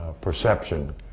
perception